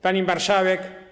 Pani Marszałek!